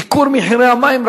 ייקור מחירי המים,